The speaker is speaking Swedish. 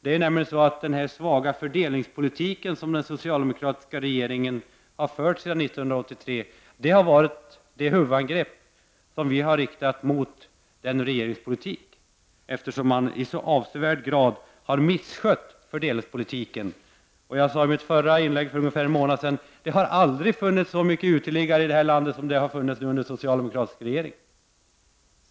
Det är nämligen just den svaga fördelningspolitik som den socialdemokratiska regeringen har fört sedan 1983 som vi har riktat vårt huvudangrepp mot i regeringens politik, eftersom regeringen i så avsevärd grad har misskött fördelningspolitiken. Jag sade för ungefär en månad sedan: Det har aldrig funnits så många uteliggare i vårt land som under den socialdemokratiska regeringens tid.